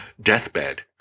deathbed